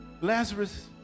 Lazarus